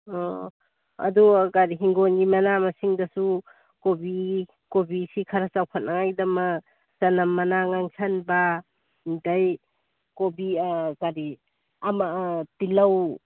ꯑꯣ ꯑꯣ ꯑꯗꯣ ꯀꯔꯤ ꯍꯤꯡꯒꯣꯜꯒꯤ ꯃꯅꯥ ꯃꯁꯤꯡꯗꯁꯨ ꯀꯣꯕꯤ ꯀꯣꯕꯤꯁꯤ ꯈ꯭ꯔ ꯆꯥꯎꯈꯠꯅꯉꯥꯏꯒꯤꯗꯃꯛ ꯆꯅꯝ ꯃꯅꯥ ꯉꯥꯡꯁꯟꯕ ꯑꯗꯩ ꯀꯣꯕꯤ ꯀꯔꯤ ꯑꯃ ꯇꯤꯜꯍꯧ